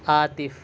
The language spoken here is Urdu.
عاطف